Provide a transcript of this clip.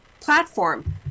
platform